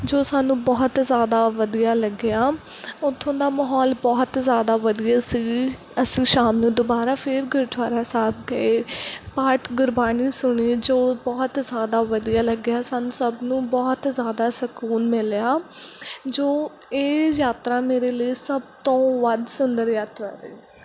ਜੋ ਸਾਨੂੰ ਬਹੁਤ ਜ਼ਿਆਦਾ ਵਧੀਆ ਲੱਗਿਆ ਉੱਥੋਂ ਦਾ ਮਾਹੌਲ ਬਹੁਤ ਜ਼ਿਆਦਾ ਵਧੀਆ ਸੀ ਅਸੀਂ ਸ਼ਾਮ ਨੂੰ ਦੁਬਾਰਾ ਫਿਰ ਗੁਰਦੁਆਰਾ ਸਾਹਿਬ ਗਏ ਪਾਠ ਗੁਰਬਾਣੀ ਸੁਣੀ ਜੋ ਬਹੁਤ ਜ਼ਿਆਦਾ ਵਧੀਆ ਲੱਗਿਆ ਸਾਨੂੰ ਸਭ ਨੂੰ ਬਹੁਤ ਜ਼ਿਆਦਾ ਸਕੂਨ ਮਿਲਿਆ ਜੋ ਇਹ ਯਾਤਰਾ ਮੇਰੇ ਲਈ ਸਭ ਤੋਂ ਵੱਧ ਸੁੰਦਰ ਯਾਤਰਾ ਰਹੀ